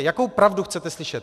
Jakou pravdu chcete slyšet?